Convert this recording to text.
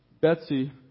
Betsy